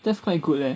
that's quite good leh